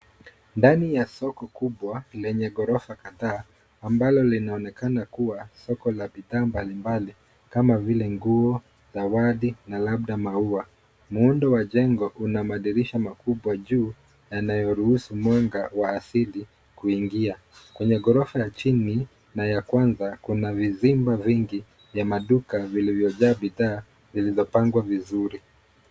Ndani ya soko kubwa lenye ghorofa kadhaa, ambalo linaonekana kua soko la bidhaa mbali mbali, kama vile, nguo, zawadi, na labda maua. Muundo wa jengo una madirisha makubwa juu, yanayoruhusu mwanga wa asili kuingia. Kwenye ghorofa ya chini, na ya kwanza, kuna vizimba vingi vya maduka, vilivyojaa bidhaa, zilizopangwa vizuri.